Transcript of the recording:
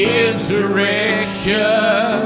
insurrection